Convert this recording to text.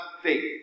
faith